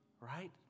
right